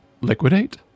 Liquidate